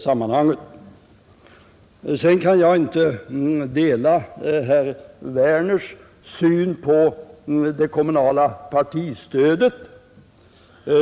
Jag kan inte dela herr Werners syn på det kommunala partistödet.